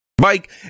Mike